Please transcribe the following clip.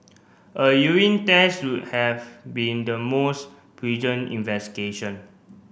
a urine test would have be in the most investigation